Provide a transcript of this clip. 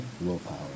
willpower